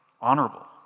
honorable